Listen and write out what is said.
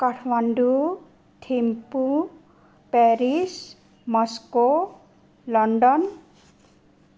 Kathmandu Thimphu Paris Moscow London